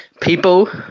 People